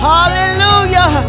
Hallelujah